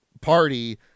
party